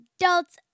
adults